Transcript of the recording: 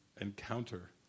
encounter